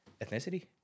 ethnicity